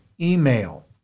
email